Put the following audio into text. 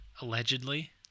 Allegedly